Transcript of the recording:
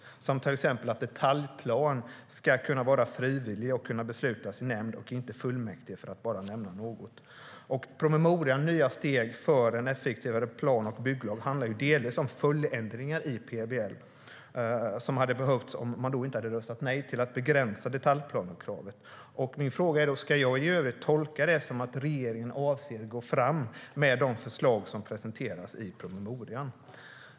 Det handlade till exempel om att detaljplan ska kunna vara frivillig och kunna beslutas i nämnd och inte i fullmäktige, för att bara nämna något.handlar delvis om följdändringar i PBL som hade behövts om man inte hade röstat nej till att begränsa detaljplanekravet. Min fråga är då: Ska jag i övrigt tolka det som att regeringen avser att gå fram med de förslag som presenteras i promemorian?